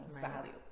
value